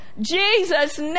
Jesus